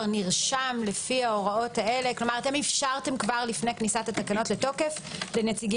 נרשם לפי ההוראות האלה אתם אפשרות כבר לפני כניסת התקנות לתוקף לנציגים